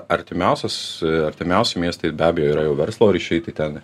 artimiausias artimiausi miestai be abejo yra jau verslo ryšiai tai ten